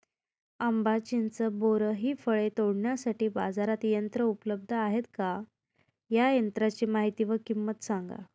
आंबा, चिंच, बोर हि फळे तोडण्यासाठी बाजारात यंत्र उपलब्ध आहेत का? या यंत्रांची माहिती व किंमत सांगा?